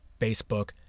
Facebook